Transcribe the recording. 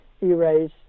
erase